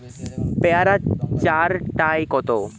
পেয়ারা চার টায় কত?